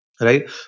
right